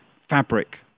fabric